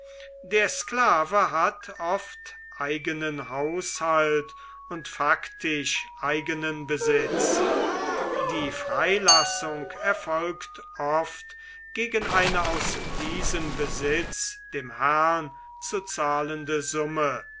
der sklave hat oft eigenen haushalt und faktisch eigenen besitz die freilassung erfolgt oft gegen eine aus diesem besitz dem herrn zu zahlende summe